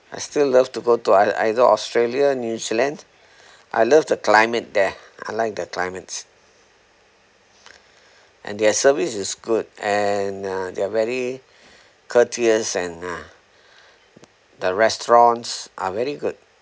I still love to go to ei~ either australia new zealand I love the climate there I like the climates and their service is good and uh they're very courteous and uh the restaurants are very good